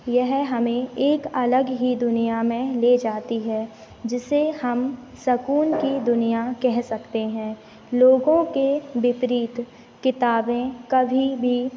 यह हमें एक अलग ही दुनिया में ले जाती है जिसे हम सुकून की दुनिया कह सकते हैं लोगों के विपरीत किताबें कभी भी